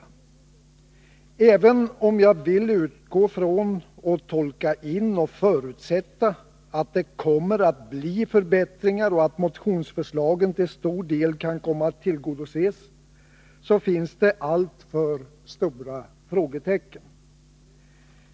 Men även om jag vill utgå från, tolka in och förutsätta att det kommer att bli förbättringar och att motionskraven till stor del kan komma att tillgodoses, finns det alltför stora frågetecken.